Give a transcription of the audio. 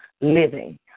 living